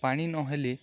ପାଣି ନହେଲେ